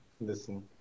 Listen